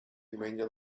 diumenge